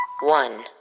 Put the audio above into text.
one